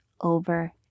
over